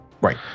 Right